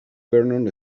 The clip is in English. vernon